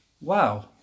wow